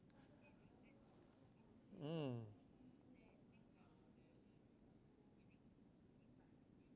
mm